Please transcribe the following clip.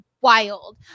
wild